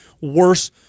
worse